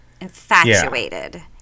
Infatuated